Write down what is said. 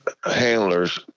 handlers